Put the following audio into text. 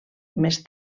més